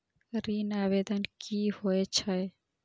ऋण आवेदन की होय छै?